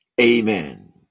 Amen